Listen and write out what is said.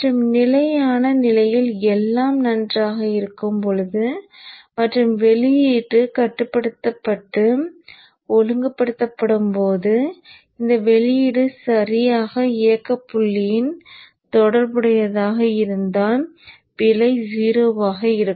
மற்றும் நிலையான நிலையில் எல்லாம் நன்றாக இருக்கும் போது மற்றும் வெளியீடு கட்டுப்படுத்தப்பட்டு ஒழுங்குபடுத்தப்படும் போது இந்த வெளியீடு சரியாக இயக்க புள்ளியுடன் தொடர்புடையதாக இருந்தால் பிழை 0 ஆக இருக்கும்